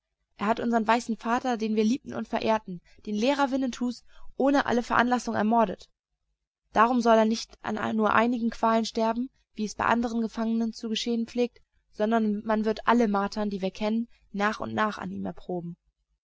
er hat unsern weißen vater den wir liebten und verehrten den lehrer winnetous ohne alle veranlassung ermordet darum soll er nicht an nur einigen qualen sterben wie es bei anderen gefangenen zu geschehen pflegt sondern man wird alle martern die wir kennen nach und nach an ihm erproben